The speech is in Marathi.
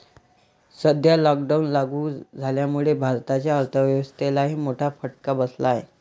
सध्या लॉकडाऊन लागू झाल्यामुळे भारताच्या अर्थव्यवस्थेलाही मोठा फटका बसला आहे